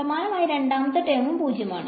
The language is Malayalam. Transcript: സമാനമായി രണ്ടാമത്തെ term ഉം 0 ആണ്